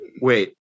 Wait